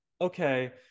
okay